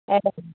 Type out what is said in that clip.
औ